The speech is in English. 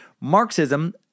Marxism